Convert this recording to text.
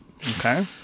Okay